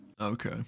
Okay